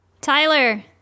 tyler